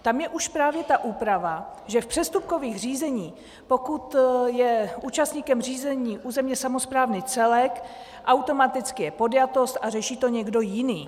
Tam je už právě ta úprava, že v přestupkových řízeních, pokud je účastníkem řízení územně samosprávný celek, automaticky je podjatost a řeší to někdo jiný.